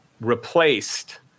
replaced